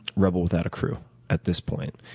rebel without a crew at this point,